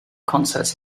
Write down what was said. concerts